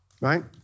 right